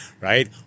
right